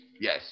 Yes